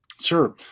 Sure